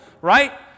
right